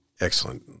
Excellent